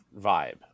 vibe